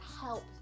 help